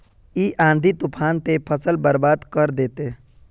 इ आँधी तूफान ते फसल के बर्बाद कर देते?